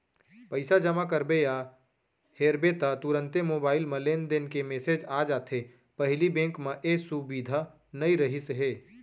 पइसा जमा करबे या हेरबे ता तुरते मोबईल म लेनदेन के मेसेज आ जाथे पहिली बेंक म ए सुबिधा नई रहिस हे